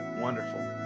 Wonderful